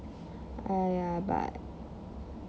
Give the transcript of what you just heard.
!aiya! but